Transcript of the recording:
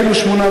שומעים.